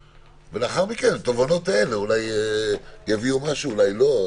לאחר מכן, התובנות האלה אולי יביאו משהו, אולי לא.